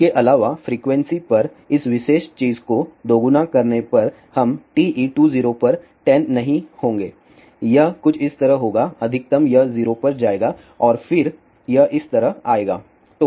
इसके अलावा फ्रीक्वेंसी पर इस विशेष चीज को दोगुना करने पर हम TE20 पर 10 नहीं होंगे यह कुछ इस तरह होगा अधिकतम यह 0 पर जाएगा और फिर यह इस तरह आएगा